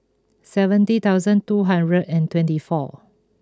seventy thousand two hundred and twenty four